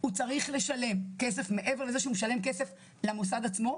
צריך לשלם כסף מעבר לזה שהוא משלם כסף למוסד עצמו,